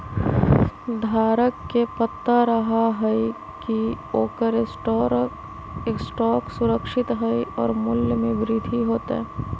धारक के पता रहा हई की ओकर स्टॉक सुरक्षित हई और मूल्य में वृद्धि होतय